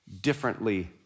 differently